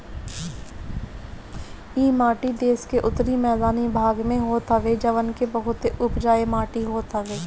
इ माटी देस के उत्तरी मैदानी भाग में होत हवे जवन की बहुते उपजाऊ माटी हवे